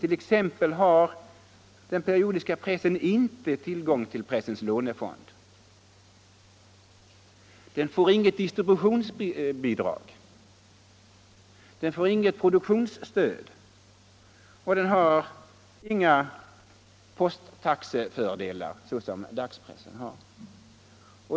T. ex. har den periodiska pressen inte tillgång till pressens lånefond, den får inget distributionsbidrag, den får inget produktionsstöd och den har inga posttaxefördelar, vilket dagspressen har.